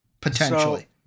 potentially